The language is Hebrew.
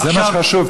זה מה שחשוב.